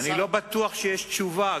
אני לא בטוח שיש תשובה.